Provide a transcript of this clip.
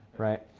right?